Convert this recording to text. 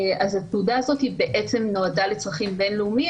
אז התעודה הזאת היא בעצם נועדה לצרכים בינלאומיים,